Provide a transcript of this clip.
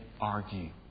argue